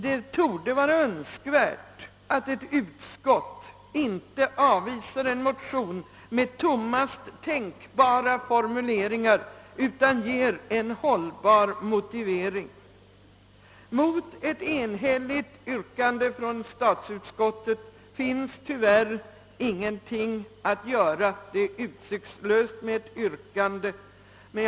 Det torde vara önskvärt, att ett utskott inte avstyrker en motion med tom mast tänkbara formuleringar, utan ger en hållbar motivering. Mot ett enhälligt yrkande från statsutskottet finnes emellertid tyvärr ingenting att göra — det är utsiktslöst att ställa ett annat yrkande.